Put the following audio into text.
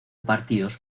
partidos